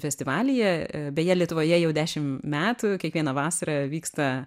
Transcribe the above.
festivalyje beje lietuvoje jau dešim metų kiekvieną vasarą vyksta